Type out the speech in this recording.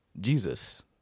Jesus